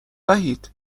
وحید